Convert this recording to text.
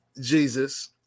Jesus